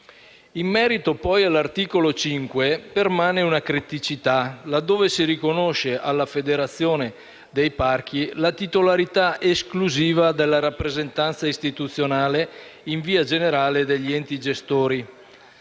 In merito, poi, all'articolo 5, permane una criticità laddove si riconosce alla federazione dei parchi la titolarità esclusiva della rappresentanza istituzionale in via generale degli enti gestori.